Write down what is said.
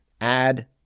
add